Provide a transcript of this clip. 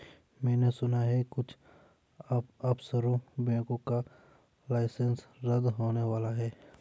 मैने सुना है कुछ ऑफशोर बैंकों का लाइसेंस रद्द होने वाला है